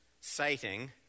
citing